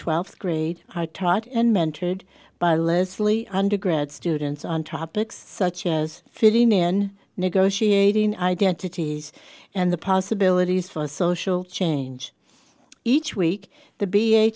twelfth grade i taught and mentored by list lee undergrad students on topics such as filling in negotiating identities and the possibilities for social change each week the b